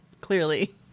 clearly